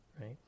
right